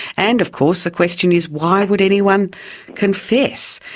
and of course the question is why would anyone confess?